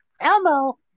Elmo